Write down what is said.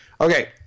Okay